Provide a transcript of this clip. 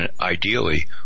ideally